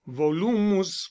volumus